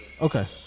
Okay